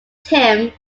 tim